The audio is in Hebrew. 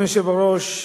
אדוני היושב-ראש,